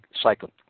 cycle